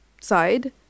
side